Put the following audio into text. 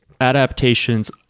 adaptations